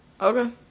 Okay